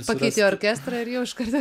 pakeiti orkestrą ir jau iš karto